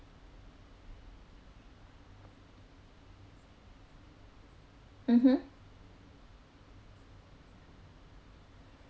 mmhmm